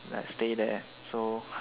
like stay there so